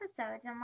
episodes